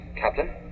Captain